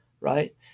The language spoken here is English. right